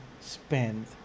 spend